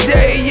Day